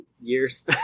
years